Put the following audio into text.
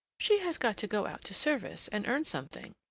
she has got to go out to service and earn something.